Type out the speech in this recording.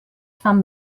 fan